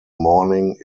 morning